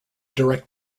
direct